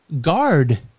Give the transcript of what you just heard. guard